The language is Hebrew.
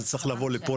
זה צריך לבוא לפה,